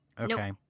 Okay